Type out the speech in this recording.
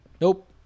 nope